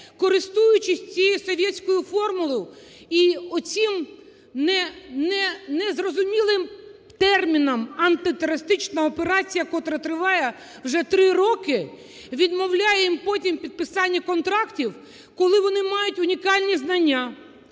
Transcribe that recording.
користуючись цією "совєцькою" формулою і оцим незрозумілим терміном "антитерористична операція", котра триває вже три роки, відмовляємо потім у підписанні контрактів, коли вони мають унікальні знання,